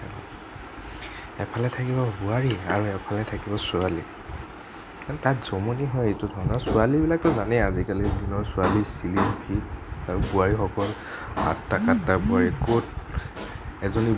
এফালে থাকিব বোৱাৰী আৰু এফালে থাকিব ছোৱালী তাত জমনি হয় এইটো কাৰণত ছোৱালী বিলাকতো জানেই আজিকালি দিনৰ ছোৱালী শ্লিম ফিট বোৱাৰীসকল হট্টা কট্টা বোৱাৰী ক'ত